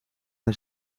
hij